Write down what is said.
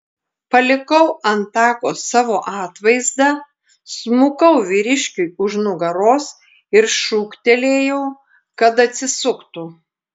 palikau ant tako savo atvaizdą smukau vyriškiui už nugaros ir šūktelėjau kad atsisuktų